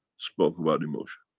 spoke about emotion.